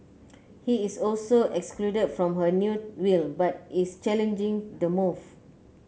he is also excluded from her new will but is challenging the move